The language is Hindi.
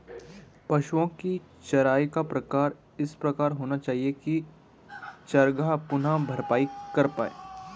पशुओ की चराई का प्रकार इस प्रकार होना चाहिए की चरागाह पुनः भरपाई कर पाए